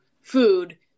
food